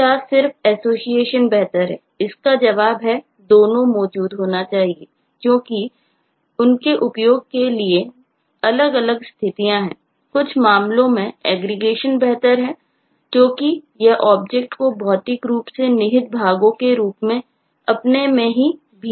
तो अब हमारे पास एग्रीगेशन को भौतिक रूप से निहित भागों के रूप में अपने ही भीतर रखता है